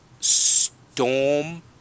storm